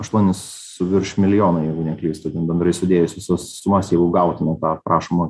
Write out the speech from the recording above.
aštuonis su virš milijono jeigu neklystu bendrai sudėjus visas sumas jeigu gautume tą prašomą